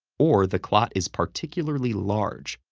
or the clot is particularly large,